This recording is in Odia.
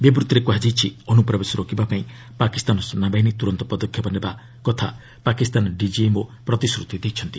ବିବୃତ୍ତିରେ କୁହାଯାଇଛି ଅନୁପ୍ରବେଶ ରୋକିବାପାଇଁ ପାକିସ୍ତାନ ସେନାବାହିନୀ ତୁରନ୍ତ ପଦକ୍ଷେପ ନେବା କଥା ପାକିସ୍ତାନ ଡିଜିଏମ୍ଓ ପ୍ରତିଶ୍ରତି ଦେଇଛନ୍ତି